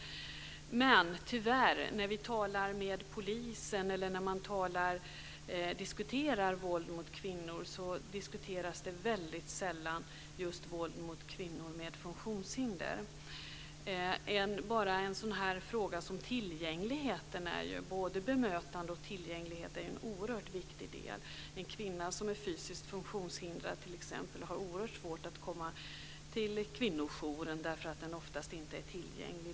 Tyvärr är det så när vi talar med polisen eller diskuterar våld mot kvinnor att det väldigt sällan just är våld mot kvinnor med funktionshinder som diskuteras. Ta bara en sådan fråga som tillgängligheten! Både bemötande och tillgänglighet är oerhört viktiga delar. En kvinna som är fysiskt funktionshindrade har t.ex. oerhört svårt att komma till kvinnojouren eftersom den oftast inte är tillgänglig.